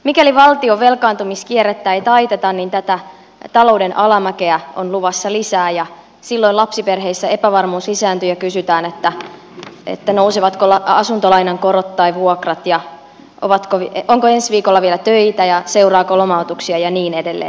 mikäli valtion velkaantumiskierrettä ei taiteta niin tätä talouden alamäkeä on luvassa lisää ja silloin lapsiperheissä epävarmuus lisääntyy ja kysytään nousevatko asuntolainan korot tai vuokrat ja onko ensi viikolla vielä töitä ja seuraako lomautuksia ja niin edelleen